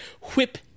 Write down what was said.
whip